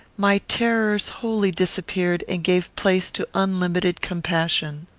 my terrors wholly disappeared, and gave place to unlimited compassion.